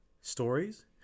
stories